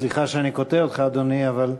סליחה שאני קוטע אותך, אדוני.